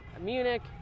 Munich